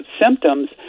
symptoms